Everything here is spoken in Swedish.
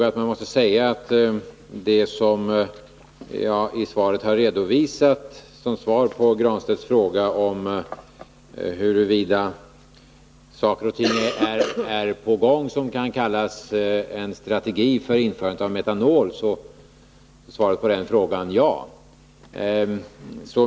Av det jag redovisat som svar på Pär Granstedts fråga om huruvida saker och ting är på gång som kan kallas en strategi för införande av metanol tycker jag nog framgår att man måste säga att svaret på den frågan är ja.